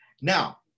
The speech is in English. Now